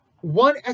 one